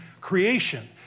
creation